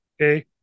Okay